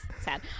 Sad